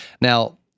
Now